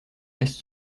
laisse